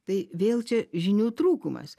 tai vėl čia žinių trūkumas